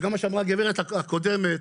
כמו שאמרה הגברת הקודמת,